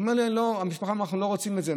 אמרה לי המשפחה: אנחנו לא רוצים את זה,